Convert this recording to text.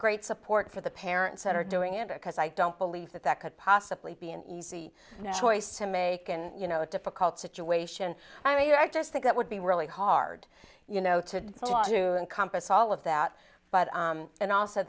great support for the parents that are doing it because i don't believe that that could possibly be an easy choice to make and you know a difficult situation i mean i just think it would be really hard you know to encompass all of that but and also